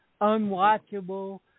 unwatchable